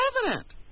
president